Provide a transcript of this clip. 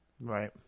Right